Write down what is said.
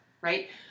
right